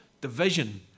Division